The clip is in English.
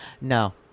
No